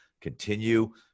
continue